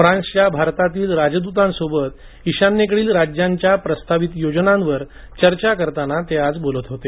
फ्रान्सच्या भारतातील राजद्तांसोबत ईशान्येकडील राज्यांच्या प्रस्तावित योजनांवर चर्चा करताना ते आज बोलत होते